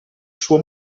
suo